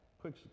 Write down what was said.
Quick